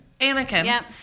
Anakin